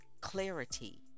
clarity